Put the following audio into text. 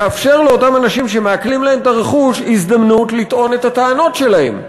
לאפשר לאותם אנשים שמעקלים להם את הרכוש הזדמנות לטעון את הטענות שלהם.